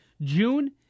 June